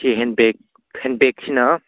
ꯁꯤ ꯍꯦꯟꯕꯦꯛ ꯍꯦꯟꯕꯦꯛꯁꯤꯅ